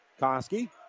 Koski